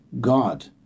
God